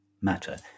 matter